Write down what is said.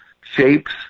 shapes